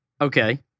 Okay